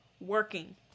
working